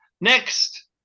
Next